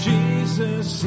Jesus